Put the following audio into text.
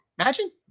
Imagine